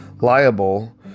liable